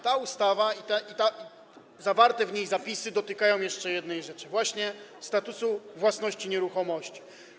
Ta ustawa i zawarte w niej zapisy dotykają jeszcze jednej rzeczy: właśnie statusu własności nieruchomości.